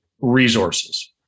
resources